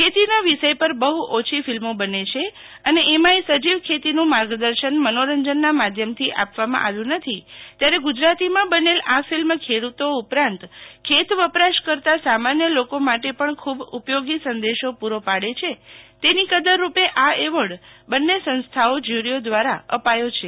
ખેતીના વિષય પર બહુ ઓછી ફિલ્મો બને છે અને એમાય સજીવ ખેતીનું માર્ગદર્શન મનોરંજનના માધ્યમથી આપવામાં આવ્યું નથી ત્યારે ગુજરાતીમાં બનેલ આ ફિલ્મ ખેડૂતો ઉપરાંત ખેત વપરાશ કરતા સામાન્ય લોકો માટે પણ ખુબ ઉપયોગી સંદેશો પૂરો પાડે છે તેની કદરરૂપે આ એવોર્ડ બને સંસ્થાઓ જ્યુરીઓ દ્વારા અપાયો છે